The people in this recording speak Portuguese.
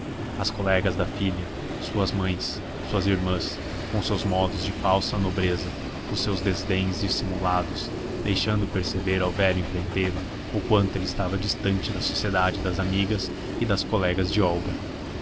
as colegas da filha suas irmãs com seus modos de falsa nobreza os seus desdéns dissimulados deixando perceber ao velho empreiteiro o quanto estava ele distante da sociedade das amigas e das colegas de olga